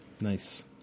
nice